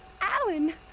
Alan